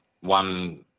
one